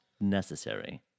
necessary